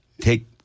take